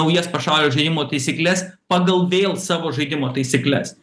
naujas pašalio žaidimo taisykles pagal vėl savo žaidimo taisykles